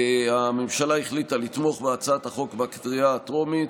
הממשלה החליטה לתמוך בהצעת החוק בקריאה הטרומית,